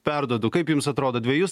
perduodu kaip jums atrodo dvejus